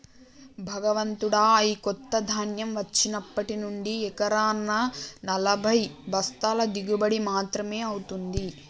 భగవంతుడా, ఈ కొత్త ధాన్యం వచ్చినప్పటి నుంచి ఎకరానా నలభై బస్తాల దిగుబడి మాత్రమే అవుతుంది